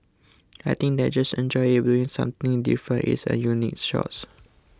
I think they just enjoy it doing something different it's a unique